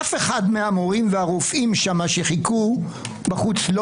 אף אחד מהמורים והרופאים שם שחיכו בחוץ לא